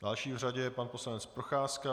Další v řadě je pan poslanec Procházka.